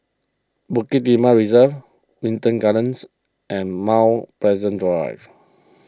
Bukit Timah Reserve Wilton Gardens and Mount Pleasant Drive